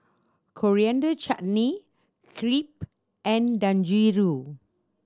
Coriander Chutney Crepe and Dangojiru